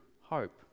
hope